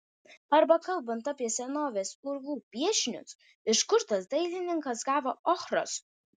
arba kalbant apie senovės urvų piešinius iš kur tas dailininkas gavo ochros